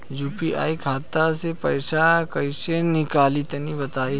UPI खाता से पइसा कइसे निकली तनि बताई?